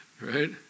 right